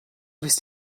bist